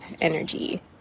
energy